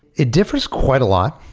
it differs quite a lot.